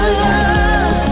love